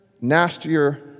nastier